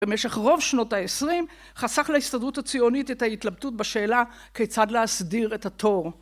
במשך רוב שנות העשרים חסך להסתדרות הציונית את ההתלבטות בשאלה כיצד להסדיר את התור